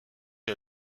est